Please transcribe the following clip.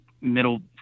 middle